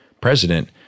president